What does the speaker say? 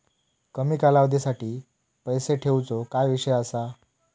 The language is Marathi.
कमी कालावधीसाठी पैसे ठेऊचो काय विषय असा?